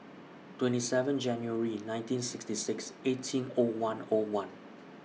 twenty seven January nineteen sixty six eighteen O one O one